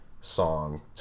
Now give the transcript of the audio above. song